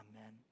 amen